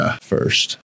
first